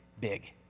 big